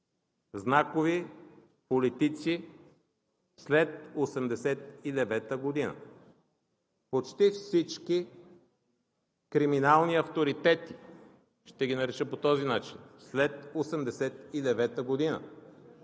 знакови политици след 1989 г., почти всички криминални авторитети – ще ги нарека по този начин, след 1989 г.,